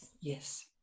yes